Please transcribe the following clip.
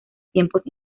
tiempos